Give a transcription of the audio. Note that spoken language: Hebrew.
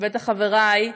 ובטח חברי,